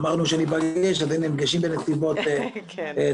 אמרנו שניפגש, אז הנה נפגשים בנסיבות טובות.